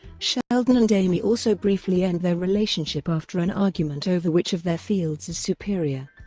sheldon and amy also briefly end their relationship after an argument over which of their fields is superior.